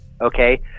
Okay